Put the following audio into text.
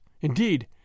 Indeed